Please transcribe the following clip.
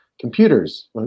computers